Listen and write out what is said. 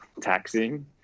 taxing